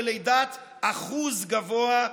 בלידת אחוז גבוה,